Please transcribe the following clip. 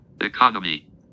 Economy